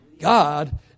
God